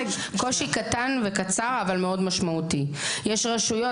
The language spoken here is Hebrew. להציג קושי קטן וקצר אבל מאוד משמעותי: יש רשויות,